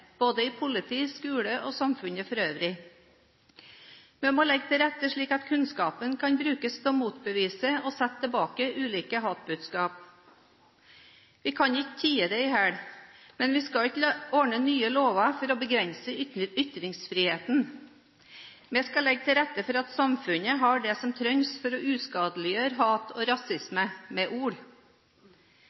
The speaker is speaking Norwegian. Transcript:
både i politiet, i skolen og i samfunnet for øvrig. Vi må legge til rette slik at kunnskapen kan brukes til å motbevise og tilbakevise ulike hatbudskap. Vi kan ikke tie det i hjel, men vi skal ikke lage nye lover for å begrense ytringsfriheten. Vi skal legge til rette slik at samfunnet har det som trengs for å uskadeliggjøre hat og rasisme med ord.